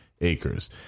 acres